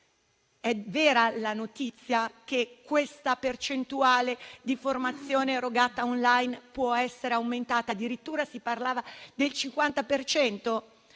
È vera la notizia che questa percentuale di formazione erogata *online* può essere aumentata, addirittura al 50